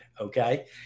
okay